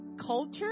culture